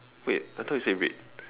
wait I thought you say red